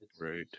Right